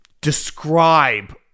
describe